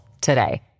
today